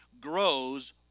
grows